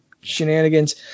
shenanigans